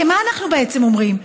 כי מה אנחנו בעצם אומרים?